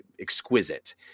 exquisite